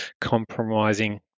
compromising